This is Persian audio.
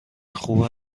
خوب